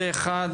הצבעה אושר.